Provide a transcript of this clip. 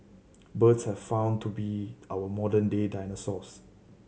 birds have found to be our modern day dinosaurs